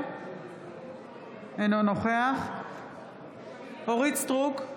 בעד אורית מלכה סטרוק,